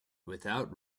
without